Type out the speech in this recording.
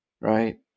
right